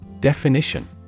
Definition